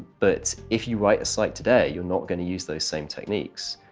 but if you write a site today, you're not going to use those same techniques.